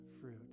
fruit